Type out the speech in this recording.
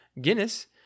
Guinness